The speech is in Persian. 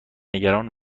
نگران